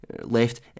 left